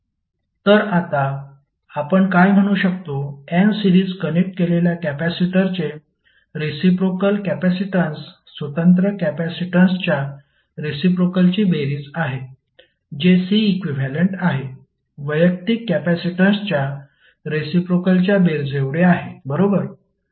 तर आता आपण काय म्हणू शकतो n सीरीज कनेक्ट केलेल्या कॅपेसिटरचे रेसिप्रोकेल कॅपेसिटीन्स स्वतंत्र कॅपेसिटीन्सच्या रेसिप्रोकेलची बेरीज आहे जे C इक्विव्हॅलेंट आहे वैयक्तिक कॅपेसिटीन्सच्या रेसिप्रोकेलच्या बेरजेएवढे आहे बरोबर